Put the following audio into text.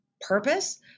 purpose